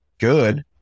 good